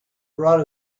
brought